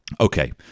Okay